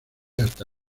hasta